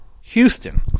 Houston